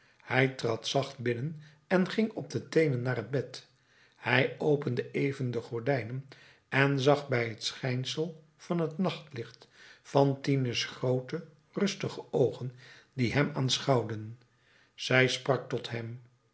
hij trad zacht binnen en ging op de teenen naar het bed hij opende even de gordijnen en zag bij het schijnsel van het nachtlicht fantine's groote rustige oogen die hem aanschouwden zij sprak tot hem